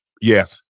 Yes